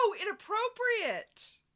inappropriate